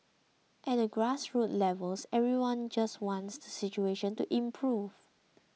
at the grassroots levels everyone just wants the situation to improve